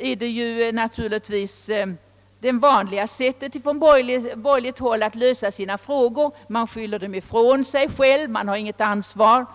är ingenting annat än det vanliga sättet att från borgerligt håll lösa problemen; man stöter dem ifrån sig och känner inget ansvar.